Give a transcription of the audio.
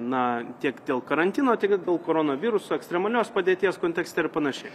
na tiek dėl karantino tiek dėl koronaviruso ekstremalios padėties kontekste ir panašiai